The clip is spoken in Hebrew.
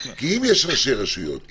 כי אם יש ראשי רשויות,